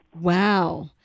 Wow